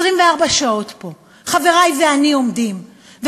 24 שעות עומדים פה חברי ואני ומדברים.